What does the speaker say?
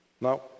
Now